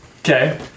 Okay